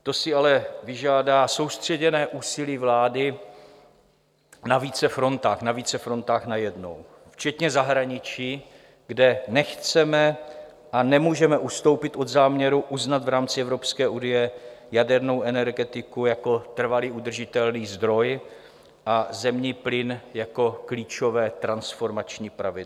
To si ale vyžádá soustředěné úsilí vlády na více frontách, na více frontách najednou včetně zahraničí, kde nechceme a nemůžeme ustoupit od záměru uznat v rámci EU jadernou energetiku jako trvalý udržitelný zdroj a zemní plyn jako klíčové transformační pravidlo.